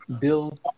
build